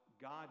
God